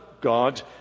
God